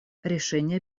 решения